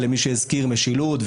למי שהזכיר משילות,